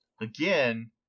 again